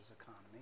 economy